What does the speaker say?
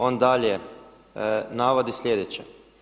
On dalje navodi sljedeće.